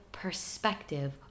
perspective